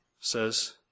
says